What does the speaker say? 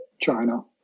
China